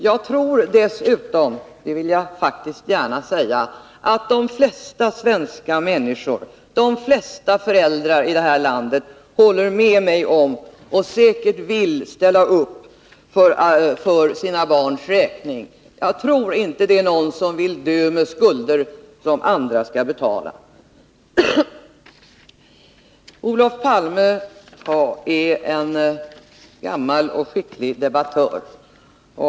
Jag tror dessutom — det vill jag faktiskt gärna säga — att de flesta svenska människor, de flesta föräldrar här i landet, håller med mig och säkert vill ställa upp för sina barns räkning. Jag tror inte det är någon som vill dö med skulder som andra skall betala. Olof Palme är en gammal och skicklig debattör.